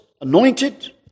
anointed